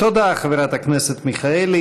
תודה, חברת הכנסת מיכאלי.